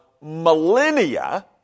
millennia